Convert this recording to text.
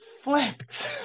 flipped